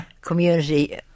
Community